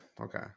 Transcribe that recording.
Okay